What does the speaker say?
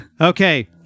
Okay